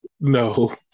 No